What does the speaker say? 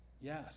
Yes